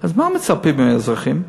מה מצפים מהאזרחים?